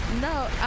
No